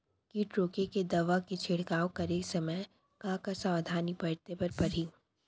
किट रोके के दवा के छिड़काव करे समय, का का सावधानी बरते बर परही?